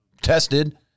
tested